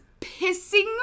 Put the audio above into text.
pissing